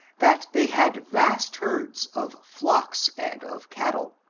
that they had vast herds of flocks and of ccutle,